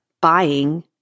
buying